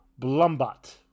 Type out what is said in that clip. Blumbot